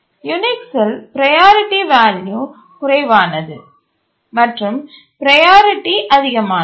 யூனிக்ஸ்சில் priority value குறைவானது மற்றும் priority அதிகமானது